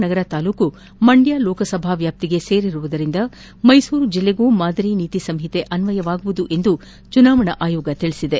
ನಗರ ತಾಲೂಕು ಮಂಡ್ಕ ಲೋಕಾಸಭಾ ವ್ಯಾಪ್ತಿಗೆ ಸೇರಿರುವುದರಿಂದ ಮೈಸೂರು ಜಿಲ್ಲೆಗೂ ಮಾದರಿ ನೀತಿ ಸಂಹಿತೆ ಅನ್ವಯವಾಗುವುದು ಎಂದು ಚುನಾವಣಾ ಆಯೋಗ ತಿಳಿಸಿದೆ